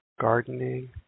gardening